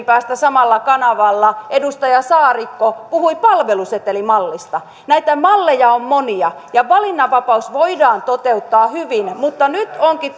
päästä samalla kanavalla edustaja saarikko puhui palvelusetelimallista näitä malleja on monia ja valinnanvapaus voidaan toteuttaa hyvin mutta nyt onkin